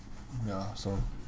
ya so